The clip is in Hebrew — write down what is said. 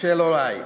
של הורי.